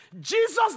Jesus